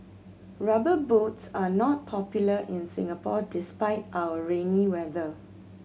Rubber Boots are not popular in Singapore despite our rainy weather